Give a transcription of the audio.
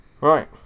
Right